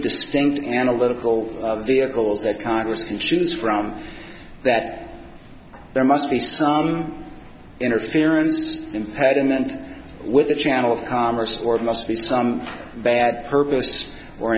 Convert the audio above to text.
distinct analytical vehicles that congress can choose from that there must be some interference impediment with a channel of commerce or must be some bad purpose or